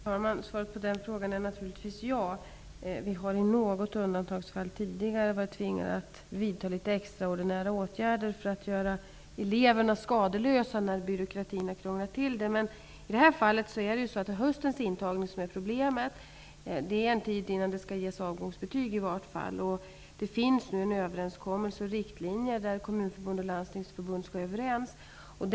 Fru talman! Svaret på den frågan är naturligtvis ja. Vi har tidigare i något undantagsfall varit tvingade att vidta extraordinära åtgärder för att hålla eleverna skadeslösa när byråkratin har krånglat till det. Men i det här fallet är det höstens intagning som är problemet. Det dröjer i varje fall en tid innan det skall ges avgångsbetyg. Det finns nu en överenskommelse och riktlinjer, som Kommunförbundet och Landstingsförbundet är överens om.